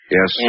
Yes